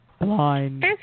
Blind